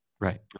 Right